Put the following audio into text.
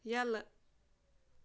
یَلہٕ